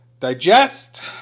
Digest